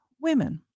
women